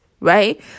Right